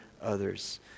others